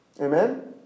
Amen